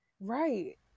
Right